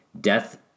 Death